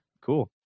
cool